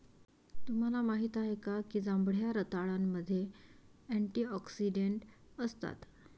तुम्हाला माहित आहे का की जांभळ्या रताळ्यामध्ये अँटिऑक्सिडेंट असतात?